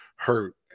hurt